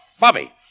Bobby